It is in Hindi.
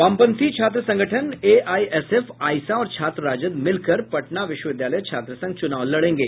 वामपंथी छात्र संगठन एआईएसएफ आईसा और छात्र राजद मिलकर पटना विश्वविद्यालय छात्र संघ चुनाव लड़ेंगे